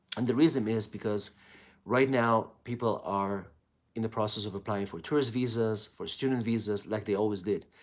and the reason is because right now, people are in the process of applying for tourist visas, for student visas like they always did.